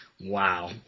Wow